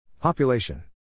Population